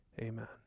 amen